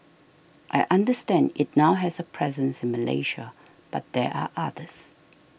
I understand it now has a presence in Malaysia but there are others